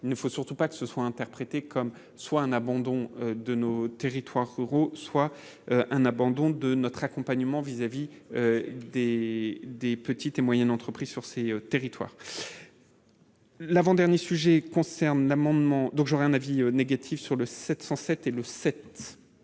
il ne faut surtout pas que ce soit interprété comme soit un abandon de nos. Territoires euros soit un abandon de notre accompagnement vis-à-vis des des petites et moyennes entreprises sur ces territoires, l'avant-dernier sujet concerne amendement donc j'aurais un avis négatif sur le 707 et le 7